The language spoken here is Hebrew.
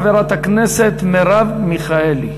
חברת הכנסת מרב מיכאלי.